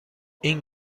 این